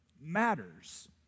matters